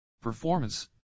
Performance